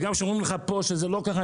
וגם כשאומרים לך פה שזה לככה,